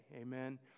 Amen